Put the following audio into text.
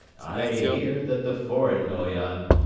i hear that the foreign noyon,